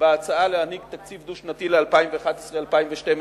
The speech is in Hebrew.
בהצעה להעניק תקציב דו-שנתי לשנים 2011 2012,